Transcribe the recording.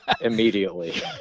immediately